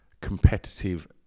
competitive